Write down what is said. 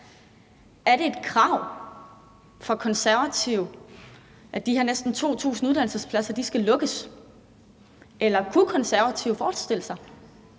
Er det et krav for Konservative, at de her næsten 2.000 uddannelsespladser skal lukkes, eller kunne Konservative forestille sig,